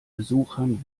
besuchern